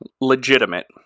Legitimate